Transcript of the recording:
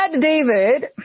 David